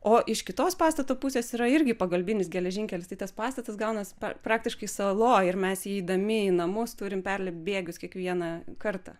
o iš kitos pastato pusės yra irgi pagalbinis geležinkelis tai tas pastatas gaunas praktiškai saloj ir mes įeidami į namus turim perlipt bėgius kiekvieną kartą